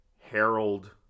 Harold